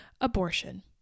Abortion